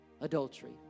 adultery